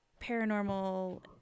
paranormal